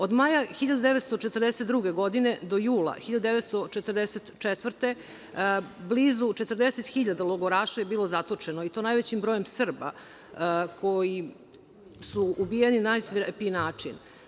Od maja 1942. godine do jula 1944. godine blizu 40.000 logoraša je bilo zatočeno i to najvećim brojem Srba koji su ubijeni na najsvirepiji način.